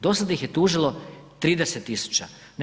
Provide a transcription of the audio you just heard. Do sada ih je tužilo 30.000.